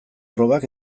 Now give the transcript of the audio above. probak